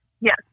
Yes